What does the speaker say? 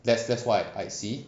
that's that's what I see